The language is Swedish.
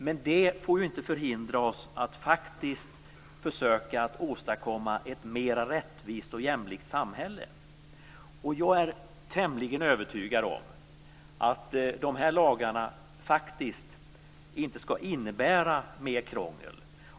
Men det får ju inte hindra oss från att försöka åstadkomma ett mera rättvist och jämlikt samhälle. Jag är tämligen övertygad om att dessa lagar inte innebär mer krångel.